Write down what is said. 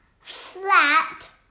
flat